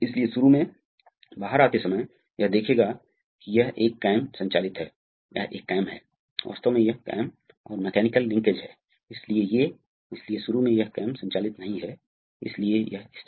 तो तुरंत यह बिंदु दबाव पंप करने के लिए बढ़ जाता है जो इस वाल्व को संचालित करेगा सही